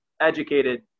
educated